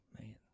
man